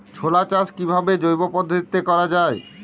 ছোলা চাষ কিভাবে জৈব পদ্ধতিতে করা যায়?